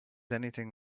anything